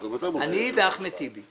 שלי ושל אחמד טיבי.